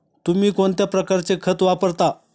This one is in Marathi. तुम्ही कोणत्या प्रकारचे खत वापरता?